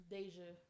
Deja